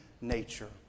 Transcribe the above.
nature